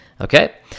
okay